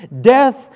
Death